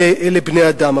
אלה בני-אדם.